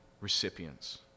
recipients